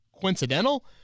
coincidental